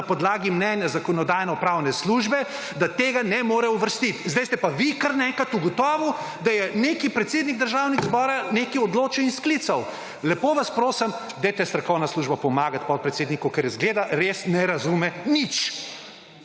na podlagi mnenja Zakonodajno-pravne službe, da tega ne more uvrstiti. Zdaj ste pa vi kar naenkrat ugotovili, da je neki predsednik Državnega zbora nekaj odločil in sklical. Lepo vas prosim, dajte, strokovna služba, pomagat podpredsedniku, ker zgleda res ne razume nič!